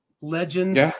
Legends